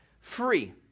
free